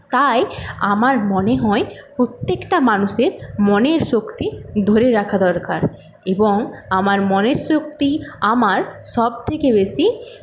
তাই আমার মনে হয় প্রত্যেকটা মানুষের মনের শক্তি ধরে রাখা দরকার এবং আমার মনের শক্তি আমার সবথেকে বেশী